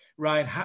Ryan